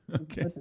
Okay